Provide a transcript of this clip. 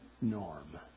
norm